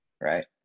right